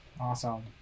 awesome